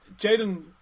Jaden